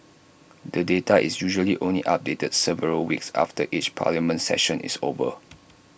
the data is usually only updated several weeks after each parliament session is over